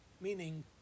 Meaning